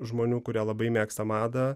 žmonių kurie labai mėgsta madą